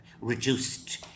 reduced